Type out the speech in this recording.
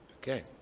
Okay